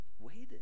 Waited